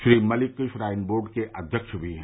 Shri Malik shrine board के अघ्यव्त भी है